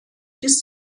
bis